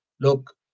look